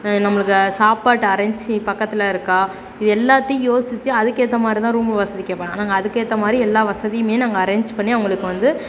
நம்மளுக்கு சாப்பாட்டு அரேஞ்சி பக்கத்தில் இருக்கா இது எல்லாத்தையும் யோசித்து அதுக்கேற்ற மாதிரி தான் ரூம்மு வசதி கேட்பாங்க நாங்க அதுக்கேற்ற மாதிரி எல்லா வசதியும் நாங்கள் அரேஞ்ச் பண்ணி அவங்களுக்கு வந்து